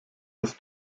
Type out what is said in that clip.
das